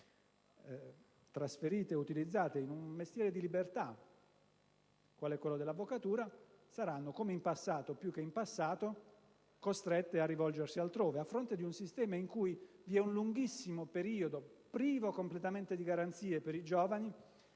trasferite e utilizzate in un mestiere di libertà quale quello dell'avvocatura saranno, come in passato, più che in passato, costrette a rivolgersi altrove, a fronte di un sistema in cui vi è un lunghissimo periodo, privo completamente di garanzie per i giovani,